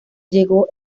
llegó